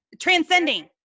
Transcending